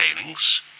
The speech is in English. failings